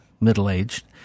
middle-aged